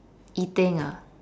eating ah